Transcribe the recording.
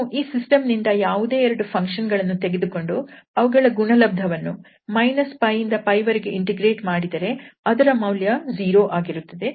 ನಾವು ಈ ಸಿಸ್ಟಮ್ ನಿಂದ ಯಾವುದೇ ಎರಡು ಫಂಕ್ಷನ್ ಗಳನ್ನು ತೆಗೆದುಕೊಂಡು ಅವುಗಳ ಗುಣಲಬ್ದವನ್ನು - 𝜋 ಇಂದ 𝜋 ವರೆಗೆ ಇಂಟಿಗ್ರೇಟ್ ಮಾಡಿದರೆ ಅದರ ಮೌಲ್ಯ 0 ಆಗಿರುತ್ತದೆ